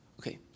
Okay